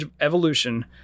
Evolution